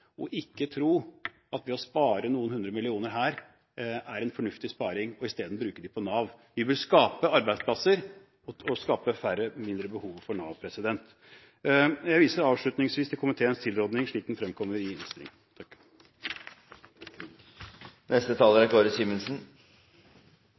og ikke tro at det å spare noen hundre millioner her er en fornuftig sparing, og i stedet bruke dem på Nav. Vi bør skape arbeidsplasser og skape mindre behov for Nav. Jeg viser avslutningsvis til komiteens tilråding slik den fremkommer i